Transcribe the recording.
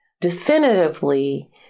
definitively